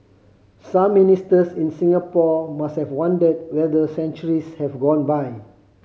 some Ministers in Singapore must have wondered whether centuries have gone by